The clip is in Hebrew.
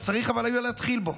שצריך היה להתחיל בו.